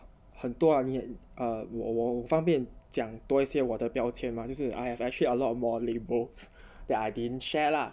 很多方面方便讲多些我的标签吗就是 I have actually a lot more labels that I didn't share lah